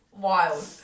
Wild